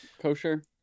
kosher